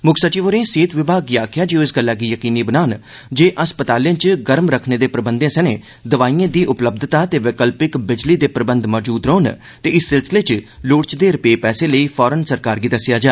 मुक्ख संचिव होरें सेहत विभाग गी आक्खेआ जे ओ इस गल्ला गी जकीनी बनान जे असातालें च गर्म रखने दे प्रबंधें सनें दवाइएं दी उपलब्यता ते वैक्लपिक बिजली दे प्रबंध मजूद रौह्न ते इस सिलसिले च लोड़चदे रूपै पौने लेई फौरन सरकार गी दस्सेआ जा